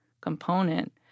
component—